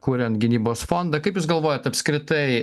kuriant gynybos fondą kaip jūs galvojat apskritai